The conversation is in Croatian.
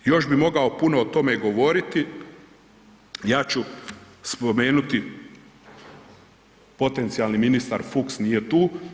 Još bi mogao puno o tome govoriti, ja ću spomenuti potencijalni ministar Fuchs nije tu.